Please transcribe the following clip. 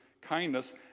kindness